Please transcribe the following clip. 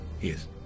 Yes